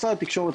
משרד התקשורת,